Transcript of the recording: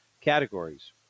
categories